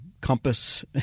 compass